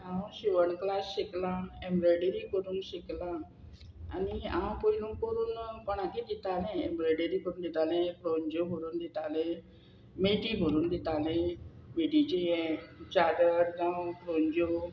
हांव शिवण क्लास शिकलां एम्ब्रॉयडरी करून शिकलां आनी हांव पयलो करून कोणाकी दितालें एम्ब्रॉयडरी करून दितालें फ्रोंज्यो भरून दितालें मेटी भरून दितालें मेटीचे हें चार जावं फ्रोंज्यो